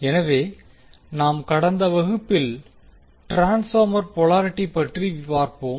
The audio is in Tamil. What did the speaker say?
எனவே நாம் கடந்த வகுப்பில் ட்ரான்ஸ்பார்மர் போலாரிட்டி பற்றி பார்ப்போம்